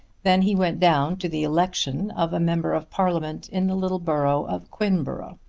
then he went down to the election of a member of parliament in the little borough of quinborough.